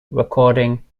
recording